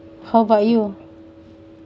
how about you